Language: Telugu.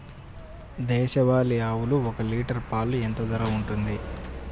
దేశవాలి ఆవులు ఒక్క లీటర్ పాలు ఎంత ధర ఉంటుంది?